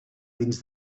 dins